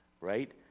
right